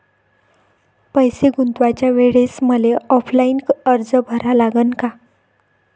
पैसे गुंतवाच्या वेळेसं मले ऑफलाईन अर्ज भरा लागन का?